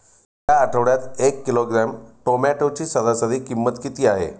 या आठवड्यात एक किलोग्रॅम टोमॅटोची सरासरी किंमत किती आहे?